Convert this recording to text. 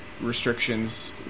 restrictions